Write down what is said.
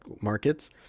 markets